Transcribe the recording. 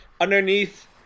underneath